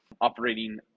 operating